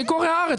מי קורא "הארץ"?